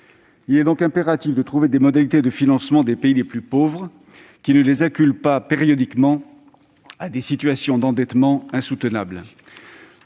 Il est donc impératif de trouver des modalités de financement des pays les plus pauvres qui n'acculent pas, périodiquement, ces derniers à des situations d'endettement insoutenables.